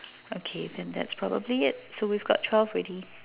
okay then that's probably it so we got twelve already